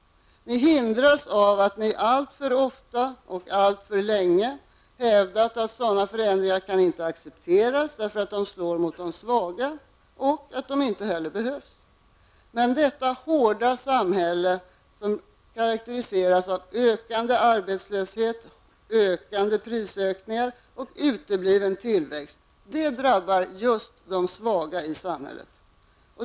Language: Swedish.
Ni hindras av att ni alltför ofta och alltför länge hävdat att sådana förändringar inte kan accepteras därför att de slår mot de svaga i samhället -- och att de inte heller behövs. Men detta hårda samhälle, som karakteriseras av ökande arbetslöshet, ökande prisökningar och utebliven tillväxt, drabbar just de svaga i samhället.